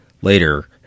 later